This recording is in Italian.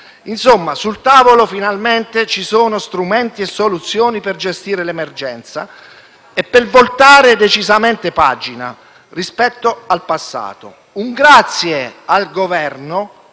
Insomma, sul tavolo, finalmente, ci sono strumenti e soluzioni per gestire l’emergenza e per voltare decisamente pagina rispetto al passato. Un grazie va rivolto